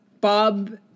bob